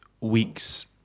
weeks